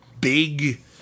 big